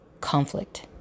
conflict